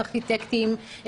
ארכיטקטים,